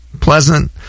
pleasant